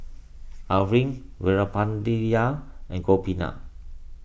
Arvind Veerapandiya and Gopinath